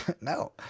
No